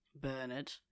bernard